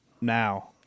Now